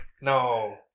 no